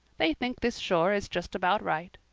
they think this shore is just about right.